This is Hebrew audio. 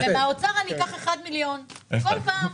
ומהאוצר אני אקח 1 מיליון בכל פעם.